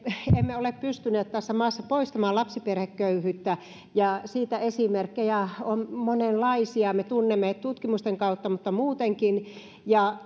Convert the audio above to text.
emme ole pystyneet tässä maassa poistamaan lapsiperheköyhyyttä siitä esimerkkejä on monenlaisia me tunnemme niitä tutkimusten kautta mutta muutenkin